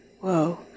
Whoa